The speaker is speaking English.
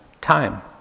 time